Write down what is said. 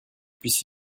puisse